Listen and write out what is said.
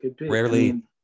rarely